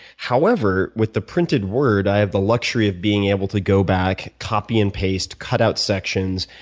however, with the printed word, i have the luxury of being able to go back, copy and paste, cut out sections,